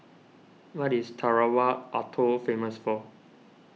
what is Tarawa Atoll famous for